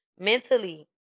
Mentally